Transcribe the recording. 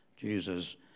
Jesus